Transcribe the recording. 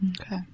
Okay